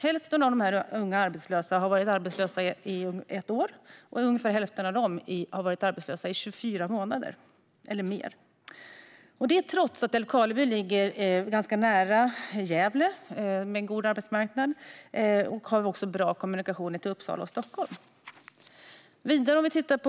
Hälften av de unga arbetslösa har varit arbetslösa i minst ett år, och ungefär hälften av dem har i sin tur varit arbetslösa i 24 månader eller mer. Denna situation råder trots att Älvkarleby ligger ganska nära Gävle, som har en god arbetsmarknad och har bra kommunikationer till Uppsala och Stockholm.